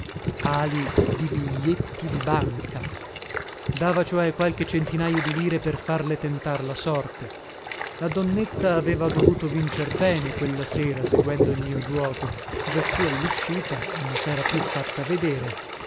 ali di biglietti di banca dava cioè qualche centinajo di lire per farle tentar la sorte la donnetta aveva dovuto vincer bene quella sera seguendo il mio giuoco giacché alluscita non sera più fatta vedere